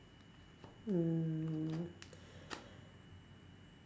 mm